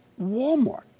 Walmart